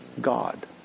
God